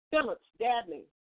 Phillips-Dabney